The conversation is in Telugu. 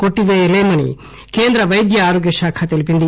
కొట్టిపేయలేమని కేంద్ర వైద్య ఆరోగ్య శాఖ తెలిపింది